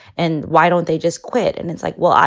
and why don't they just quit? and it's like, well,